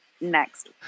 next